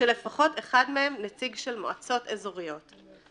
כשלפחות אחד מהם נציג של מועצות אזוריות.